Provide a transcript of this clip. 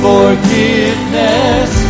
Forgiveness